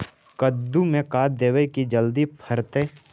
कददु मे का देबै की जल्दी फरतै?